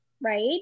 right